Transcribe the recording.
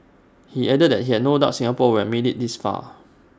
he added that he had no doubt Singapore would make IT this far